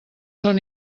són